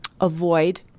Avoid